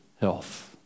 health